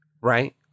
right